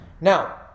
now